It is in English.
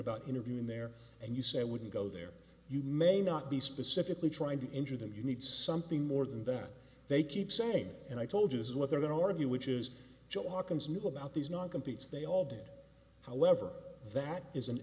about interviewing there and you say i wouldn't go there you may not be specifically trying to injure them you need something more than that they keep saying and i told you this is what they're going to argue which is joe watkins knew about these non competes they all did however that is an